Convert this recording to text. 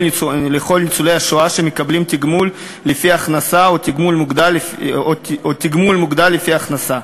ניצולי השואה שמקבלים תגמול לפי הכנסה או תגמול מוגדל לפי הכנסה.